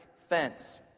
fence